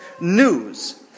news